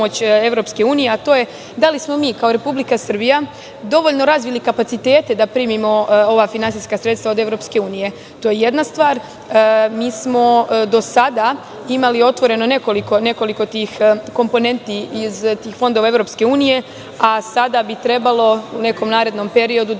da li smo mi kao Republika Srbija dovoljno razvili kapaciteta da primimo ova finansijska sredstva od EU? To je jedna stvar. Mi smo do sada imali otvoreno nekoliko tih komponenti iz fondova EU, a sada bi trebalo u nekom narednom periodu da dobijemo još